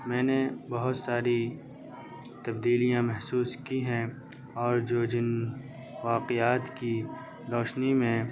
میں نے بہت ساری تبدیلیاں محسوس کی ہیں اور جو جن واقعات کی روشنی میں